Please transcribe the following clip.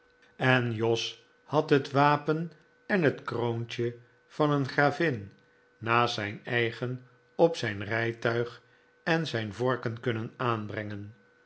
en jos had het wapen en het kroontje van een gravin naast zijn eigen op zijn rijtuig en zijn vorken kunnen aanbrengen